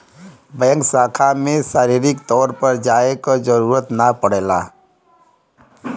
bank शाखा में शारीरिक तौर पर जाये क जरुरत ना पड़ेला